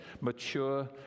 mature